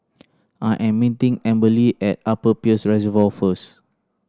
I am meeting Amberly at Upper Peirce Reservoir first